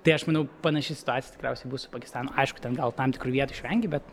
tai aš manau panaši situacija tikriausiai bus su pakistanu aišku ten gal tam tikrų vietų išvengi bet